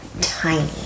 tiny